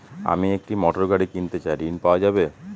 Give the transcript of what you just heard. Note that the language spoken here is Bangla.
আমি একটি মোটরগাড়ি কিনতে চাই ঝণ পাওয়া যাবে?